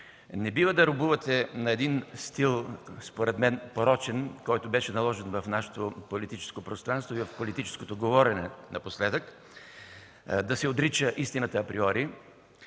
не бива да робувате на един порочен стил, който беше наложен в нашето политическо пространство и в политическото говорене напоследък – да се отрича истината априори.